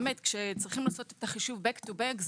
כשצריך לעשות את החישוב Back to back,